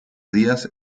días